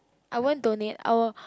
I won't donate I will